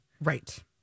Right